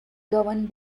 governed